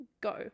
go